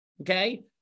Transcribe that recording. okay